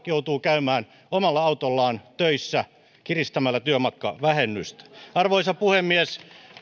joutuu käymään omalla autollaan töissä kiristämällä työmatkavähennystä arvoisa puhemies